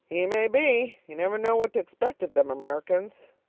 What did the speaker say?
he may be. you never know what to expect of them americans,